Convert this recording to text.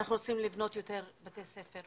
אנחנו רוצים לבנות יותר בתי ספר,